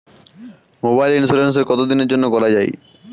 মোবাইলের ইন্সুরেন্স কতো দিনের জন্যে করা য়ায়?